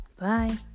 Bye